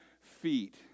feet